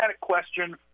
question